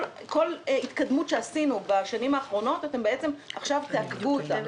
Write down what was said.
כל התקדמות שעשינו בשנים האחרונות אתם בעצם עכשיו תעכבו אותה.